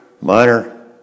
Minor